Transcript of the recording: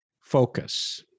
focus